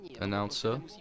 announcer